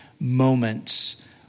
moments